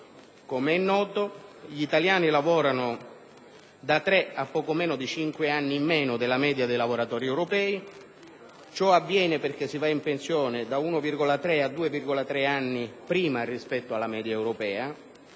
Com'è noto, gli italiani lavorano da tre a poco meno di cinque anni in meno della media dei lavoratori europei. Ciò avviene perché si va in pensione da 1,3 a 2,3 anni prima rispetto alla media europea.